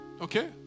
Okay